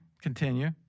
Continue